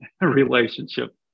relationship